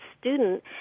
student